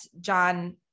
John